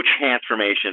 transformation